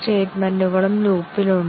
അതെ പല ആപ്ലിക്കേഷനുകളിലും അവ സംഭവിക്കുന്നു